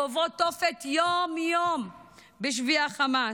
ועוברות תופת יום-יום בשבי החמאס.